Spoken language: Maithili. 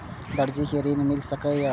दर्जी कै ऋण मिल सके ये?